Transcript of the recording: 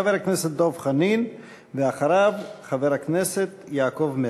חבר הכנסת דב חנין, ואחריו, חבר הכנסת יעקב מרגי.